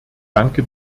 danke